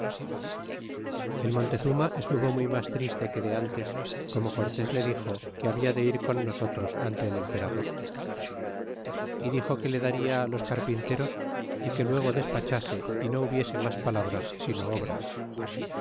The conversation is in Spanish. el montezuma estuvo muy mas triste que de ntes como cortés le dixo que habia de ir con nosotros ante el emperador y dixo que le daria los carpinteros y que luego despachase y no hubiese mas palabras sino obras